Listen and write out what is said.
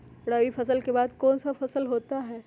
रवि फसल के बाद कौन सा फसल होता है?